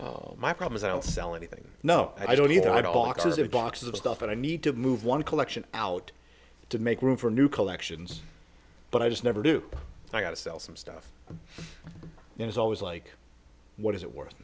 skittles my problem is i don't sell anything no i don't either i don't box of boxes of stuff and i need to move one collection out to make room for new collections but i just never do i gotta sell some stuff there's always like what is it worth